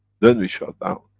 then we shut down.